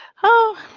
oh,